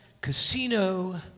Casino